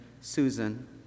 Susan